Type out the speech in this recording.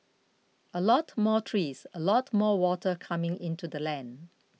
a lot more trees a lot more water coming into the land